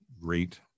great